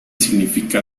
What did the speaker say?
significa